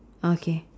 okay